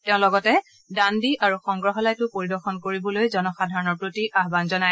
তেওঁ লগতে দাণ্ডি আৰু সংগ্ৰাহালয়টো পৰিদৰ্শন কৰিবলৈ জনসাধাৰণ প্ৰতি আহ্বান জনায়